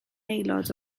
aelod